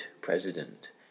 president